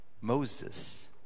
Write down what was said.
Moses